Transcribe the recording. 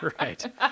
right